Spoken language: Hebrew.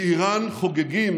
באיראן חוגגים